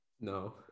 No